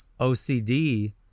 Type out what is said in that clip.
OCD